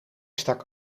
stak